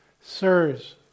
Sirs